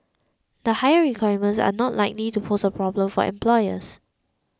the higher requirements are not likely to pose a problem for employers